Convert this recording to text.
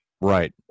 Right